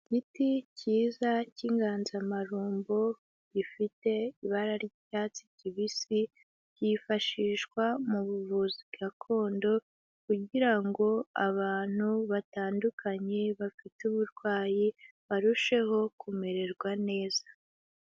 Igiti cyiza cy'inganzamarumbo gifite ibara ry'icyatsi kibisi, ryifashishwa mu buvuzi gakondo, kugira ngo abantu batandukanye bafite uburwayi barusheho kumererwa neza.